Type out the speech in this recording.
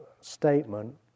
statement